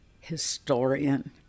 historian